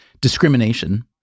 discrimination